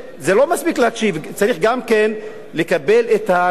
צריך גם כן לקבל את הרעיונות שהם מעבירים,